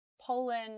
Poland